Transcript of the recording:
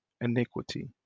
iniquity